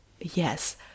yes